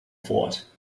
fort